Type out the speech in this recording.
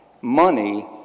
money